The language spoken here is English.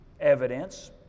evidence